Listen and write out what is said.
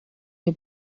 you